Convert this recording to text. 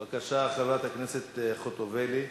בבקשה, חברת הכנסת חוטובלי.